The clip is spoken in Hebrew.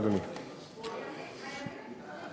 המרכז הקיצוני, לא אמרתי.